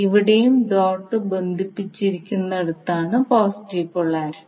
ഇവിടെയും ഡോട്ട് ബന്ധിപ്പിച്ചിരിക്കുന്നിടത്താണ് positive polarity